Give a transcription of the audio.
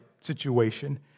situation